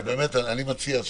אני מציע,